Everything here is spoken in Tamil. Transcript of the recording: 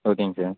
ஓகேங்க சார்